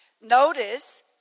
Notice